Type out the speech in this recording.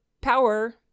power